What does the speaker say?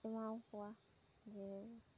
ᱮᱢᱟᱣᱟᱠᱚᱣᱟ ᱡᱮ